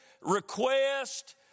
request